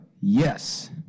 yes